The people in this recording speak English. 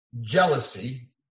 Jealousy